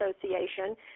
Association